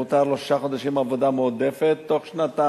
מותר לו לעבוד עבודה מועדפת שישה חודשים בתוך שנתיים.